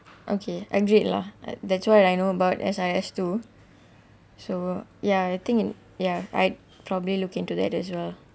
okay agreed lah that's what I know about S_R_S too so yeah I think in yeah right probably look into that as well